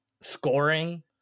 scoring